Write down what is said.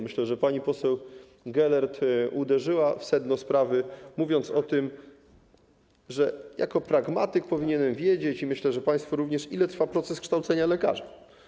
Myślę, że pani poseł Gelert trafiła w sedno sprawy, mówiąc o tym, że jako pragmatyk powinienem wiedzieć - i myślę, że państwo również - ile trwa proces kształcenia lekarza.